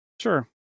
sure